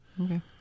Okay